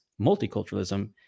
multiculturalism